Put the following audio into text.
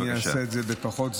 אני אעשה את זה בפחות זמן.